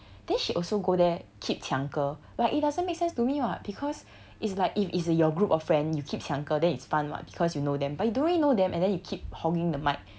then she also go there keep 抢歌 but it doesn't make sense to me [what] because it's like if it's a your group of friend you keep 抢歌 then it's fun [what] because you know them but you don't even know them and then you keep hogging the mic